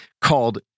called